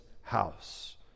house